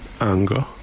anger